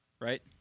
right